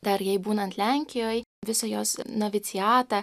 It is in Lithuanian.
dar jai būnant lenkijoj visą jos noviciatą